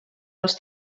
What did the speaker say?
dels